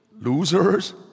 losers